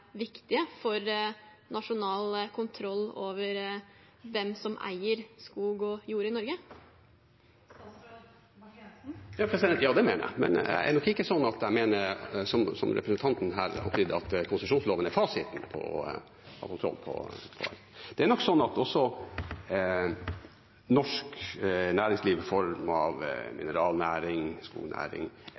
viktige for nasjonal kontroll over hvem som eier skog og jord i Norge? Ja, det mener jeg, men det er nok ikke sånn at jeg, som representanten, mener at konsesjonslovene er fasiten på å ha kontroll på alt. Norsk næringsliv – i form av mineralnæring, skognæring – må forholde seg til at det er